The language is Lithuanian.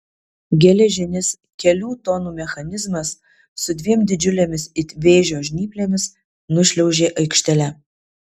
geležinis kelių tonų mechanizmas su dviem didžiulėmis it vėžio žnyplėmis nušliaužė aikštele